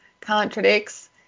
contradicts